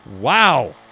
Wow